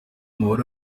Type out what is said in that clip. umubare